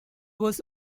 was